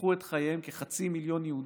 וקיפחו את חייהם כחצי מיליון יהודים.